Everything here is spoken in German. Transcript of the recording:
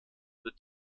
wird